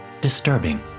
disturbing